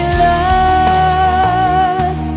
love